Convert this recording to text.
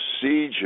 procedure